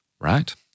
right